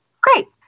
Great